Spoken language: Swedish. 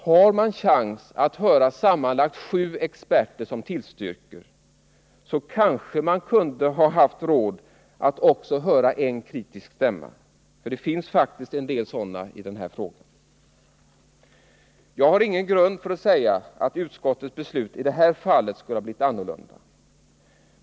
Har man chans att höra sammanlagt sju experter som tillstyrker så kanske man kunde ha råd att höra också en kritisk stämma — för det finns faktiskt en del sådana i den här frågan. Jag har ingen grund för att säga att utskottets beslut i det här fallet skulle ha blivit annorlunda om så skett.